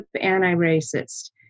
anti-racist